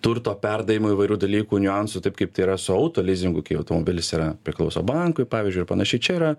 turto perdavimo įvairių dalykų niuansų taip kaip tai yra su auto lizingu kai automobilis yra priklauso bankui pavyzdžiui ar panašiai čia yra